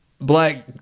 black